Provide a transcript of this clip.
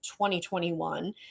2021